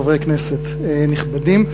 חברי כנסת נכבדים,